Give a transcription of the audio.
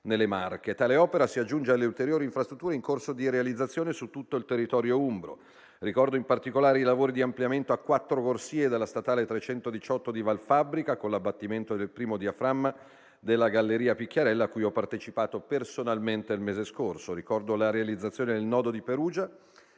Tale opera si aggiunge alle ulteriori infrastrutture in corso di realizzazione su tutto il territorio umbro: ricordo in particolare i lavori di ampliamento a quattro corsie della statale 318 di Valfabbrica, con l'abbattimento del primo diaframma della galleria Picchiarella, a cui ho partecipato personalmente il mese scorso. Ricordo la realizzazione del nodo di Perugia